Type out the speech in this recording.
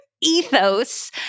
ethos